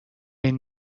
این